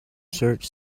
search